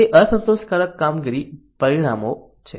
તે અસંતોષકારક કામગીરી પરિણામો છે